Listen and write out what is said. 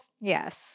Yes